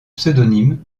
pseudonyme